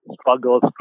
struggles